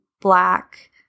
black